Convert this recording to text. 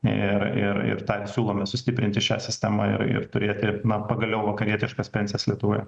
ir ir tą ir siūlome sustiprinti šią sistemą ir turėti na pagaliau vakarietiškas pensijas lietuvoje